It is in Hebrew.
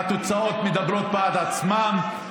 התוצאות מדברות בעד עצמן.